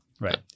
right